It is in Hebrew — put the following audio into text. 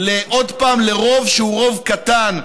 עוד פעם לרוב שהוא רוב קטן,